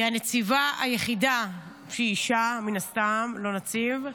היא הנציבה האישה היחידה, מן הסתם, ולא נציב,